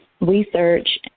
research